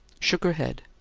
shook her head,